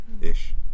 Ish